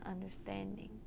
understanding